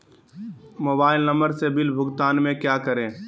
Mobile number से bill भुगतान में क्या करें?